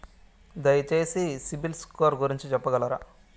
దయచేసి CIBIL score గురించి చెప్పగలరా?